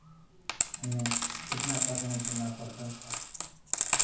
हमें कितना परेशानी झेलना पड़ता था